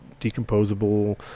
decomposable